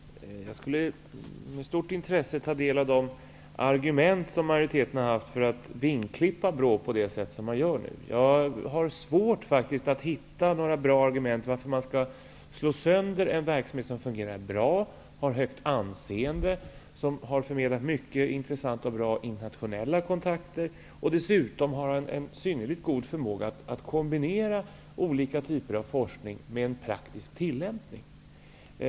Herr talman! Jag skulle med stort intresse ta del av de argument som majoriteten har haft för att vingklippa BRÅ på det sätt som man nu gör. Jag har faktiskt svårt att hitta några bra argument för att man skall slå sönder en verksamhet som fungerar bra, som har högt anseende och som har fungerat på ett mycket intressant och bra sätt i internationella kontakter. BRÅ har dessutom en synnerligen god förmåga att kombinera olika typer av forskning med en praktisk tillämpning.